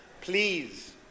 please